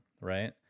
right